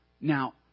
Now